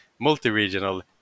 multi-regional